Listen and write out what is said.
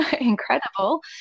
incredible